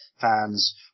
fans